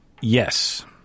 yes